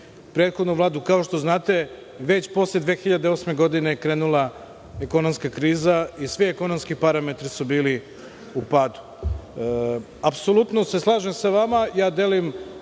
prethodnu Vladu. Kao što znate, već posle 2008. godine je krenula ekonomska kriza i svi ekonomski parametri su bili u padu. Apsolutno se slažem sa vama i delim,